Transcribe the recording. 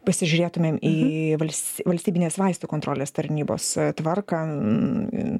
pasižiūrėtumėm į vals valstybinės vaistų kontrolės tarnybos tvarką